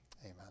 amen